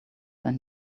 than